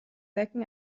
decken